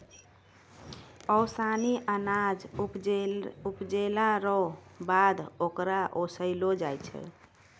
ओसानी अनाज उपजैला रो बाद होकरा ओसैलो जाय छै